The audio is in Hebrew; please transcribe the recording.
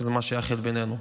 שזה מה שיאחד בינינו.